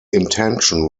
intention